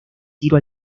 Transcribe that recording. tiro